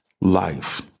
life